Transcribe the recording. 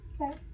Okay